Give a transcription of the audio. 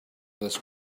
this